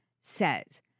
says